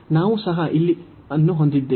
ನಾವು ಸಹ ಇಲ್ಲಿ ಮತ್ತು ಈ n 1 ಅನ್ನು ಹೊಂದಿದ್ದೇವೆ